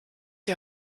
die